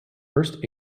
first